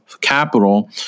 capital